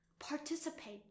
participate